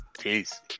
Peace